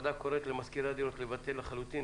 הוועדה קוראת למשכירי הדירות לבטל לחלוטין